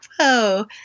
whoa